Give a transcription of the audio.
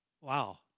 Wow